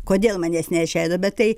kodėl manęs neišleido bet tai